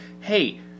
Hey